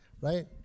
Right